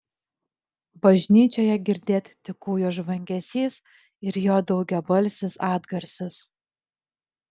bažnyčioje girdėt tik kūjo žvangesys ir jo daugiabalsis atgarsis